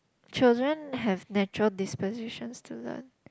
children have natural dispositions to learn